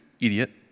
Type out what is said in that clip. idiot